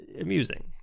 amusing